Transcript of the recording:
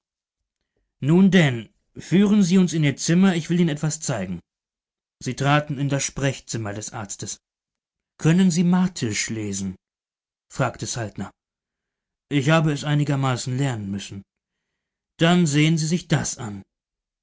nun denn führen sie uns in ihr zimmer ich will ihnen etwas zeigen sie traten in das sprechzimmer des arztes können sie martisch lesen fragte saltner ich habe es einigermaßen lernen müssen dann sehen sie sich das an